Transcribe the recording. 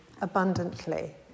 abundantly